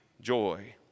joy